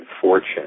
fortune